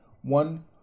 One